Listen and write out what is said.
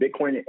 Bitcoin